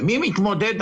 ומי מתמודד?